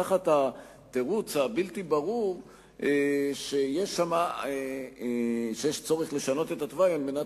תחת התירוץ הבלתי-ברור שיש צורך לשנות את התוואי על מנת